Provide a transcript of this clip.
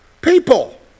People